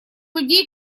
людей